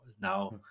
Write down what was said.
now